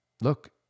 Look